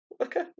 okay